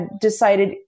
decided